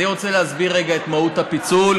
אני רוצה להסביר רגע את מהות הפיצול,